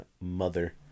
Mother